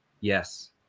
yes